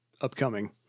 Upcoming